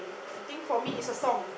I think for me it's a song